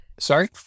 Sorry